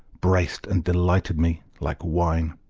braced and delighted me like wine.